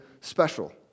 special